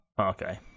okay